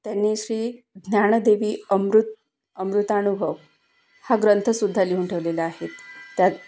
त्यांनी श्रीज्ञानदेवीअमृत अमृतानुभव हा ग्रंथसुद्धा लिहून ठेवलेला आहे त्यात